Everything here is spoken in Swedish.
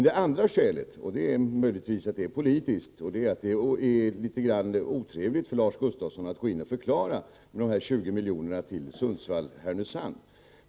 Det andra skälet — som möjligen är av politisk natur — är att det är litet otrevligt för Lars Gustafsson att gå in och förklara dessa 20 miljoner till Sundsvall/Härnösand.